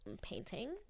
Painting